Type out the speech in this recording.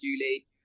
Julie